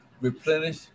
replenish